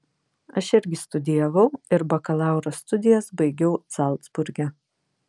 aš irgi studijavau ir bakalauro studijas baigiau zalcburge